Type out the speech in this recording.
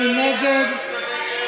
מי נגד?